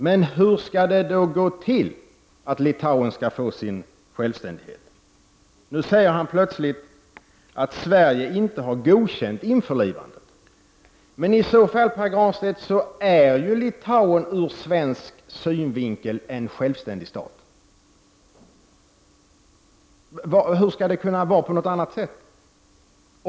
Men hur skall det då gå till att Litauen skall få sin självständighet? Pär Granstedt säger plötsligt att Sverige inte har godkänt införlivandet. Men i så fall, Pär Granstedt, är ju Litauen ur svensk synvinkel en självständig stat. Hur skall det kunna vara på något annat sätt?